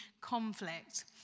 conflict